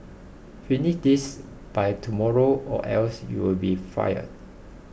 finish this by tomorrow or else you'll be fired